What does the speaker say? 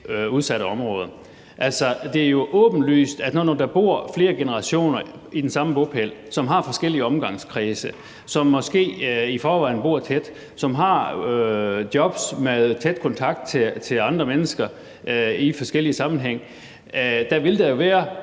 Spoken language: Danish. udsatte områder. Det er jo åbenlyst, at der, hvor der bor flere generationer på samme bopæl, som har forskellige omgangskredse, som måske i forvejen bor tæt, og som har jobs med tæt kontakt til andre mennesker i forskellige sammenhænge, vil der jo være